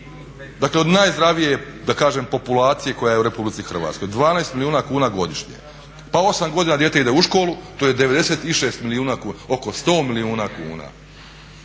Dakle od najzdravije da kažem populacije koja je u Republici Hrvatskoj, 12 milijuna kuna godišnje. Pa 8 godina dijete ide u školu, to je 96 milijuna kuna. Oko 100 milijuna kuna